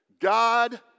God